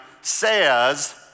says